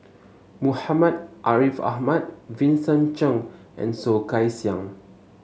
Muhammad Ariff Ahmad Vincent Cheng and Soh Kay Siang